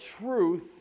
truth